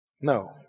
No